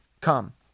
come